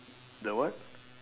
the what